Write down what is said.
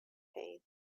pain